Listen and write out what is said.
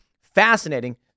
Fascinating